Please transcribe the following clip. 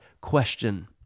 question